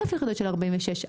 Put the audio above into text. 1000 יחידות של 46?